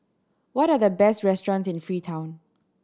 what are the best restaurants in Freetown